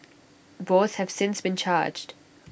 both have since been charged